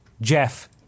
Jeff